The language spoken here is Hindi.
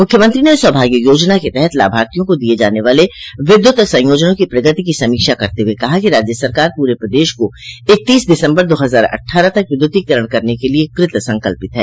मुख्यमंत्री ने सौभाग्य योजना के तहत लाभार्थियों को दिये जाने वाले विद्युत संयोजनों की प्रगति की समीक्षा करते हुए कहा कि राज्य सरकार पूरे प्रदेश को इकतीस दिसम्बर दो हजार अट्ठारह तक विद्युतीकरण करने के लिए कृत संकल्पित है